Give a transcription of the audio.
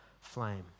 flame